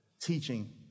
teaching